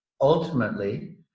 ultimately